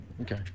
Okay